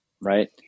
Right